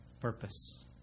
purpose